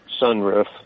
sunroof